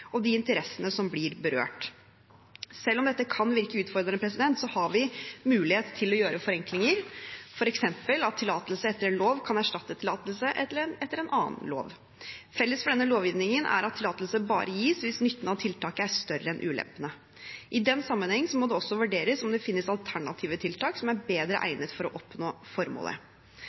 og de interessene som blir berørt. Selv om dette kan virke utfordrende, har vi mulighet til å gjøre forenklinger, f.eks. at tillatelse etter en lov kan erstatte tillatelse etter en annen lov. Felles for denne lovgivningen er at tillatelse bare gis hvis nytten av tiltakene er større enn ulempene. I den sammenhengen må det også vurderes om det også finnes alternative tiltak som er bedre egnet for å oppnå formålet.